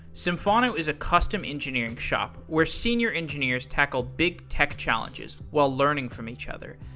symphono is a custom engineering shop where senior engineers tackle big tech challenges while learning from each other.